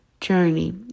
journey